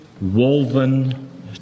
woven